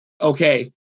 Okay